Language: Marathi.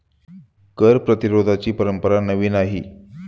कर प्रतिरोधाची परंपरा नवी नाही